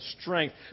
strength